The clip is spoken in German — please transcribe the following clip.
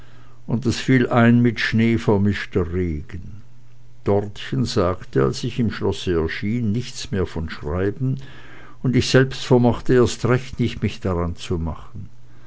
und es fiel ein mit schnee vermischter regen dortchen sagte als ich im schlosse erschien nichts mehr vom schreiben und ich selbst vermochte erst recht nicht mich daranzumachen